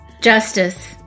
Justice